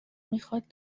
میخواد